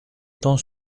temps